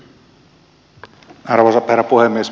arvoisa herra puhemies